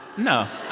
no